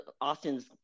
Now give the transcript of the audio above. Austin's